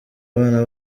abana